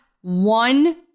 one